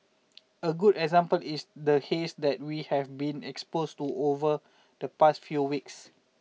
a good example is the haze that we have been exposed to over the past few weeks